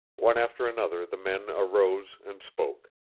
one after another the men arose and spoke.